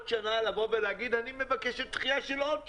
שנה לבוא ולומר שהיא מבקשת דחייה של עוד שנה.